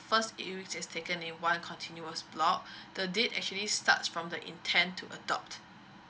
first eight weeks has to be taken in one continuous block the date actually starts from the intent to adopt